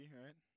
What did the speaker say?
right